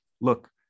Look